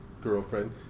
girlfriend